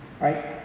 right